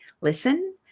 listen